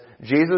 Jesus